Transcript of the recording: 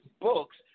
books